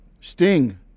Sting